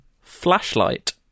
Flashlight